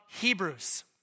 Hebrews